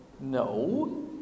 No